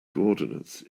coordinates